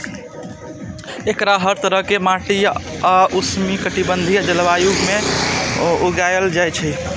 एकरा हर तरहक माटि आ उष्णकटिबंधीय जलवायु मे उगायल जाए छै